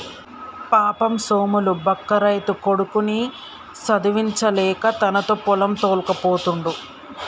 పాపం సోములు బక్క రైతు కొడుకుని చదివించలేక తనతో పొలం తోల్కపోతుండు